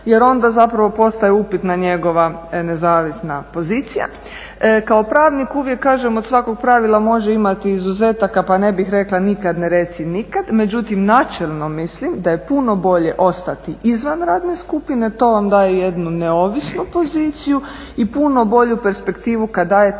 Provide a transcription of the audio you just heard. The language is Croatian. jer onda zapravo postaje upitna njegova nezavisna pozicija. Kao pravnik uvijek kažem od svakog pravila može imati izuzetaka pa ne bih rekla nikada ne reci nikad, međutim, načelno mislim da je puno bolje ostati izvan radne skupine, to vam daje jednu neovisnu poziciju i puno bolju perspektivu kada dajete